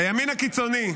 הימין הקיצוני.